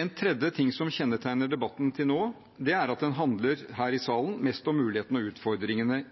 En tredje ting som kjennetegner debatten til nå, er at den her i salen handler mest om mulighetene og utfordringene